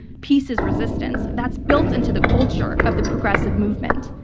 peace is resistance. that's built into the culture of the progressive movement.